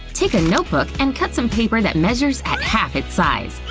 take a notebook and cut some paper that measures at half its size.